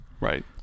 right